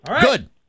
Good